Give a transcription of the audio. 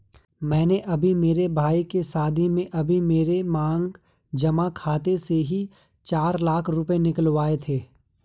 मैंने अभी मेरे भाई के शादी में अभी मेरे मांग जमा खाते से ही चार लाख रुपए निकलवाए थे